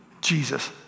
Jesus